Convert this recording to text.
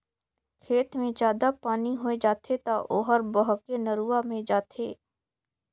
खेत मे जादा पानी होय जाथे त ओहर बहके नरूवा मे जाथे